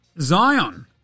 Zion